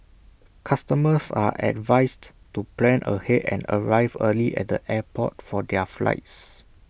customers are advised to plan ahead and arrive early at the airport for their flights